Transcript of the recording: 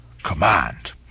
command